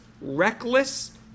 reckless